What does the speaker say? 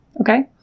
Okay